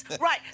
right